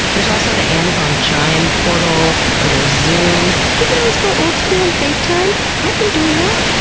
there's also the amazon chime, portal, or there's zoom. you could always go old-school and facetime. i've been doing that!